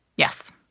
Yes